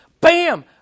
Bam